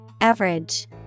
Average